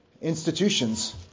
institutions